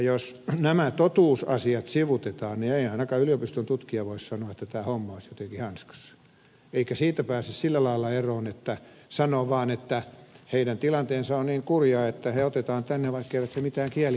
jos nämä totuusasiat sivuutetaan niin ei ainakaan yliopiston tutkija voi sanoa että tämä homma olisi jotenkin hanskassa eikä siitä pääse sillä lailla eroon että sanoo vaan että heidän tilanteensa on niin kurja että heidät otetaan tänne vaikkeivät he mitään kieliä osaa